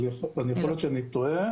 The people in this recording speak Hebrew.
אבל יכול להיות שאני טועה.